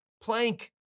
plank